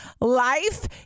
life